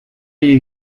you